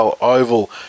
Oval